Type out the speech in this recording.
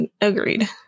Agreed